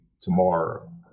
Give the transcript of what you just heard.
tomorrow